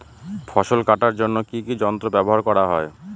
ফসল কাটার জন্য কি কি যন্ত্র ব্যাবহার করা হয়?